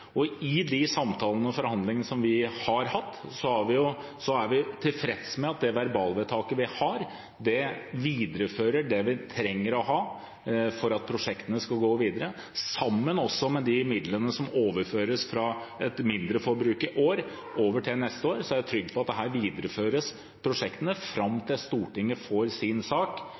det verbalvedtaket vi har, viderefører det vi trenger å ha for at prosjektene skal gå videre – sammen med de midlene som på grunn av et mindreforbruk i år overføres til neste år. Jeg er trygg på at her videreføres prosjektene fram til Stortinget får sin sak